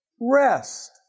rest